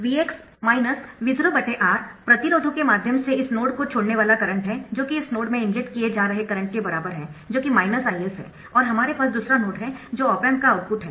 Vx Vo R प्रतिरोधों के माध्यम से इस नोड को छोड़ने वाला करंट है जो कि इस नोड में इंजेक्ट किए जा रहे करंट के बराबर है जो कि Is है और हमारे पास दूसरा नोड है जो ऑप एम्प का आउटपुट है